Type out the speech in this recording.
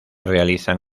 realizan